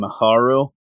Maharu